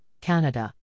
Canada